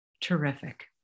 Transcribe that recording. Terrific